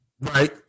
Right